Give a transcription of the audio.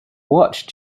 watched